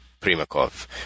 Primakov